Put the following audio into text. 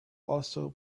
also